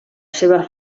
seva